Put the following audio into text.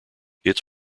its